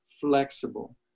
flexible